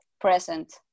present